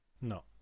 No